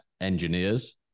engineers